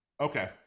Okay